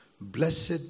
Blessed